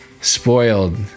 spoiled